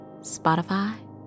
Spotify